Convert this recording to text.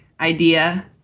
idea